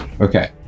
Okay